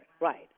Right